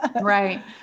right